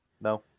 No